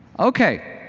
okay.